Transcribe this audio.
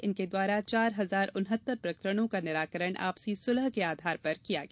इनके द्वारा चार हजार उनहत्तर प्रकरणों का निराकरण आपसी सुलह के आधार पर किया गया